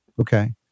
Okay